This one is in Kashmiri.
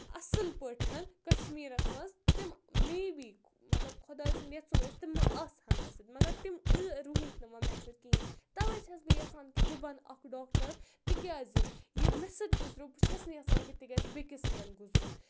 اَصٕل پٲٹھۍ کشمیٖرَس منٛز تِم مے بی مطلب خۄداے سُنٛد یَژھُن اوس تِم آسہٕ ہَن مےٚ سۭتۍ مگر تِم روٗدۍ نہٕ وۄنۍ مےٚ سۭتۍ کِہیٖنۍ تَوے چھَس بہٕ یَژھان کہِ بہٕ بَنہٕ اَکھ ڈاکٹر تِکیازِ یہِ مےٚ سۭتۍ گُزریو بہٕ چھَس نہٕ یَژھان کہِ تِکیازِ بیٚکِس سۭتۍ گُزرُن